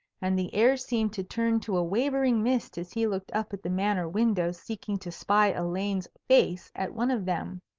and the air seemed to turn to a wavering mist as he looked up at the manor windows seeking to spy elaine's face at one of them.